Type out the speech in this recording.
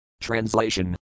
Translation